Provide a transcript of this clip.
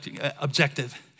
objective